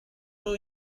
two